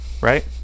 Right